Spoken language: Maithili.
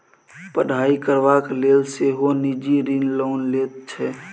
पढ़ाई करबाक लेल सेहो निजी ऋण लोक लैत छै